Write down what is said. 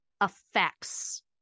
affects